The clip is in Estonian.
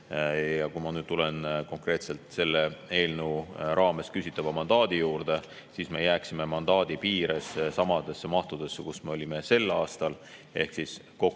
Ja kui ma nüüd tulen konkreetselt selle eelnõuga küsitava mandaadi juurde, siis me jääksime mandaadi piires samade mahtude juurde, kus me olime sel aastal, ehk kokku